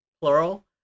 plural